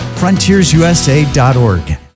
frontiersusa.org